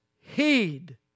heed